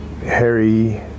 Harry